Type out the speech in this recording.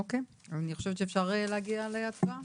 אוקיי, אני חושבת שאפשר להגיע להצבעה.